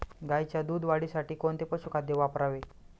गाईच्या दूध वाढीसाठी कोणते पशुखाद्य वापरावे?